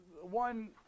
one